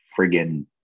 friggin